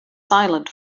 silent